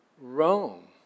Rome